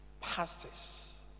pastors